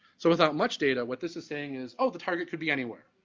so without much data, what this is saying is, oh, the target could be anywhere,